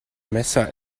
messer